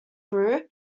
grew